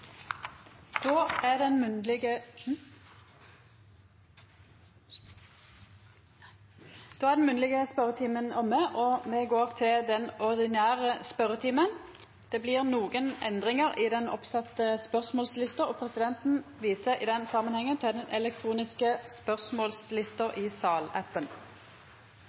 Då er den munnlege spørjetimen omme, og me går til den ordinære spørjetimen. Det blir nokre endringar i den oppsette spørsmålslista, og presidenten viser i den samanhengen til den elektroniske spørsmålslista i